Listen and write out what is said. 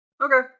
Okay